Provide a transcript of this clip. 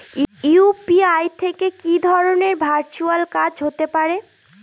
UPI থেকে কি ধরণের ভার্চুয়াল কাজ হতে পারে?